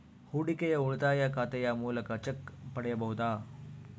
ಹೂಡಿಕೆಯ ಉಳಿತಾಯ ಖಾತೆಯ ಮೂಲಕ ಚೆಕ್ ಪಡೆಯಬಹುದಾ?